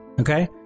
okay